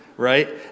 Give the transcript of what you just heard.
right